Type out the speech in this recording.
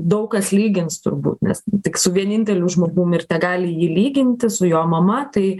daug kas lygins turbūt nes tik su vieninteliu žmogum ir tegali jį lyginti su jo mama tai